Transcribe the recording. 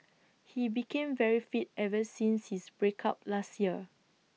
he became very fit ever since his break up last year